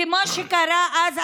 כמו שקרה אז,